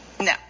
No